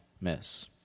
miss